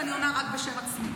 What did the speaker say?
ואני עונה רק בשם עצמי.